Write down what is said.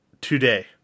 today